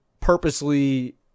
purposely